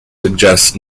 suggests